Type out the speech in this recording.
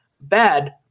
bad